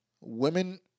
Women